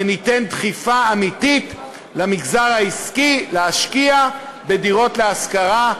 וניתן דחיפה אמיתית למגזר העסקי להשקיע בדירות להשכרה.